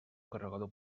carregador